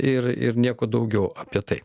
ir ir nieko daugiau apie tai